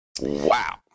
Wow